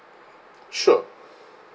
sure